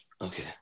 Okay